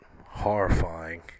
horrifying